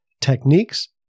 techniques